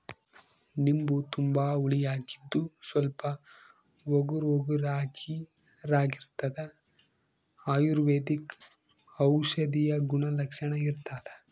ನಿಂಬು ತುಂಬಾ ಹುಳಿಯಾಗಿದ್ದು ಸ್ವಲ್ಪ ಒಗರುಒಗರಾಗಿರಾಗಿರ್ತದ ಅಯುರ್ವೈದಿಕ ಔಷಧೀಯ ಗುಣಲಕ್ಷಣ ಇರ್ತಾದ